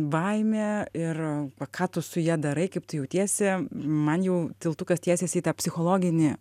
baimė ir va ką tu su ja darai kaip tu jautiesi man jau tiltukas tiesiasi į tą psichologinį